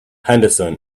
henderson